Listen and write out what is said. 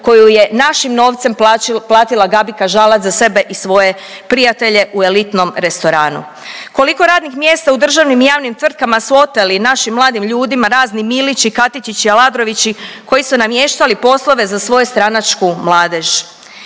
koju je našim novcem platila Gabika Žalac za sebe i svoje prijatelje u elitnom restoranu, koliko radnih mjesta u državnim i javnim tvrtkama su oteli našim mladim ljudima razni Milići, Katičići, Aladrovići koji su namještali poslove za svoju stranačku mladež.